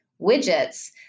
widgets